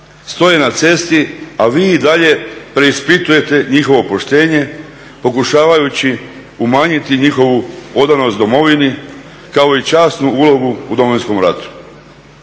stoje na cesti a vi i dalje preispitujete njihovo poštenje pokušavajući umanjiti njihovu odanost domovini kao i časnu ulogu u Domovinskom ratu